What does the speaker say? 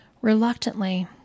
Reluctantly